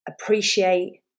appreciate